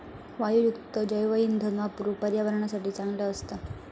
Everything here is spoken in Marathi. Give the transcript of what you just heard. वायूयुक्त जैवइंधन वापरुक पर्यावरणासाठी चांगला असता